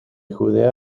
judea